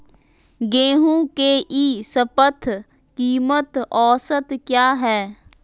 गेंहू के ई शपथ कीमत औसत क्या है?